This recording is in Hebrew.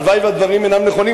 הלוואי שהדברים אינם נכונים,